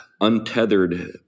untethered